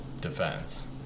defense